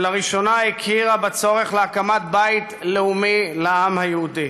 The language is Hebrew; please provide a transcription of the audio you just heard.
שלראשונה הכירה בצורך בהקמת בית לאומי לעם היהודי.